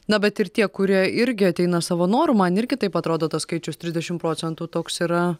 na bet ir tie kurie irgi ateina savo noru man ir kitaip atrodo tas skaičius trisdešim procentų toks yra